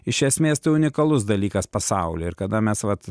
iš esmės tai unikalus dalykas pasauly ir kada mes vat